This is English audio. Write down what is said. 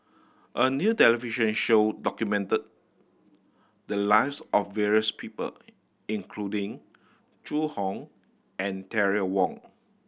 a new television show documented the lives of various people including Zhu Hong and Terry Wong